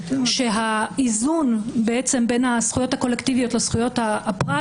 והאיזון בין הזכויות הקולקטיביות לזכויות הפרט